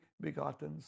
begotten